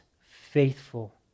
faithful